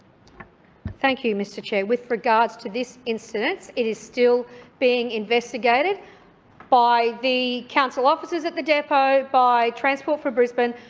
thank you, mr chair. with regards to this incident, it is still being investigated by the council officers at the depot, by transport for brisbane,